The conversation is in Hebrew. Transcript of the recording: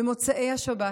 במוצאי השבת.